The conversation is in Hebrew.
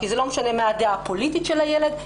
כי לא משנה מה הדעה הפוליטית של הילד,